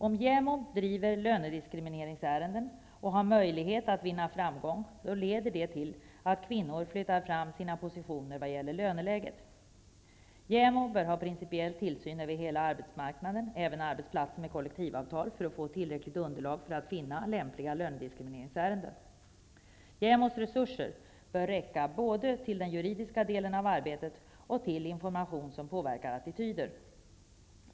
Om JämO driver lönediskriminerande ämnen och har möjlighet till framgång leder detta till att kvinnor flyttar fram sina positioner vad gäller löneläget. JämO bör ha principiell tillsyn över hela arbetsmarknaden, även över arbetsplatser med kollektivavtal, för att få tillräckligt underlag och kunna finna lämpliga lönediskrimineringsärenden. JämO:s resurser bör räcka både till den juridiska delen av arbetet och till information som påverkar attityder.